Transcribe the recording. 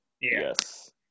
Yes